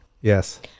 Yes